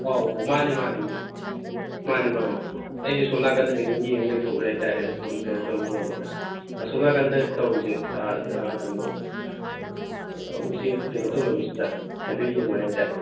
ꯑꯧ ꯃꯥꯟꯅꯤ ꯃꯥꯟꯅꯤ ꯃꯥꯟꯅꯤ ꯃꯥꯟꯅꯤ ꯑꯩꯁꯦ ꯑꯁꯣꯝ ꯅꯥꯀꯟꯗ ꯀꯩꯅꯣꯝ ꯌꯦꯡꯉ ꯂꯩꯊꯣꯎꯔꯦ ꯍꯥꯏꯇꯔꯦ ꯑꯁꯣꯝꯗ ꯀꯩꯅꯣ ꯇꯧꯔꯤꯉꯥꯏꯗ ꯑꯁꯣꯝ ꯅꯥꯀꯟꯗ ꯇꯧꯔꯤꯁꯦ ꯑꯥ ꯑꯥ ꯀꯩꯅꯣ ꯎꯆꯦꯛ ꯀꯩꯅꯣ ꯇꯧꯅꯕꯁꯤꯗ ꯍꯥꯏꯐꯦꯠ ꯌꯦꯡꯉꯨꯔꯦ ꯍꯥꯏꯇꯔꯦ